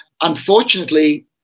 unfortunately